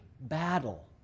battle